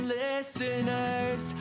listeners